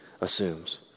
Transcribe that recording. assumes